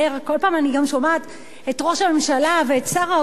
כל פעם אני גם שומעת את ראש הממשלה ואת שר האוצר